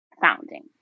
founding